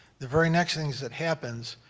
the very next thing that happens,